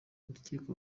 urukiko